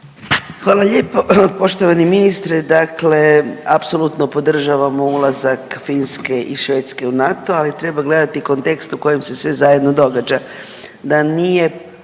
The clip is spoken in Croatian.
Hvala lijepo. Poštovani ministre, dakle apsolutno podržavamo ulazak Finske i Švedske u NATO, ali treba gledati kontekst u kojem se sve zajedno događa.